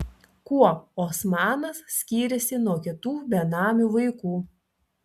kuo osmanas skyrėsi nuo kitų benamių vaikų